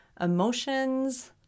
emotions